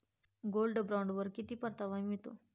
Gold बॉण्डवर किती परतावा मिळतो?